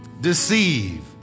Deceive